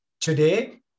Today